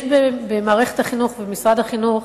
יש במערכת החינוך ובמשרד החינוך